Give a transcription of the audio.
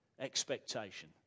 Expectation